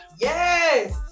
Yes